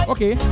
Okay